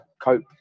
cope